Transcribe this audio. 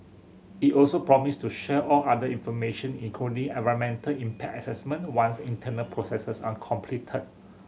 it also promised to share all other information including environmental impact assessment once internal processes are completed